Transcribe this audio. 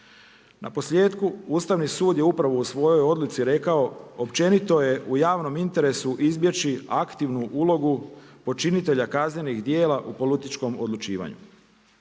Naposljetku Ustavni sud je upravo u svojoj odluci rekao općenito je u javnom interesu izbjeći aktivnu ulogu počinitelja kaznenih djela u političkom odlučivanju.